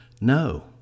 No